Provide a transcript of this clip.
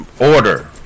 order